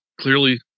clearly